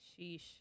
Sheesh